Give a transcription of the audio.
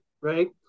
right